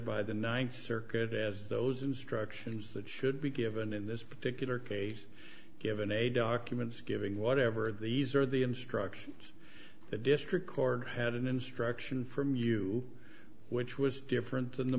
by the ninth circuit as those instructions that should be given in this particular case given a documents giving whatever these are the instructions the district court had an instruction from you which was different than the